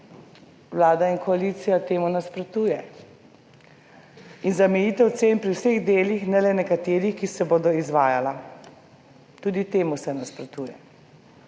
Vlada in koalicija temu nasprotuje. In zamejitev cen pri vseh delih ne le nekaterih, ki se bodo izvajala. Tudi temu se nasprotuje.